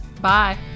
Bye